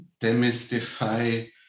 demystify